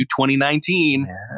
2019